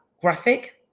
graphic